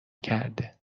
کرده